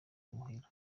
muhira